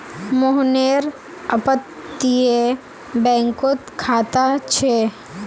मोहनेर अपततीये बैंकोत खाता छे